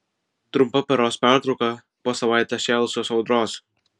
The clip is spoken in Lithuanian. trumpa paros pertrauka po savaitę šėlusios audros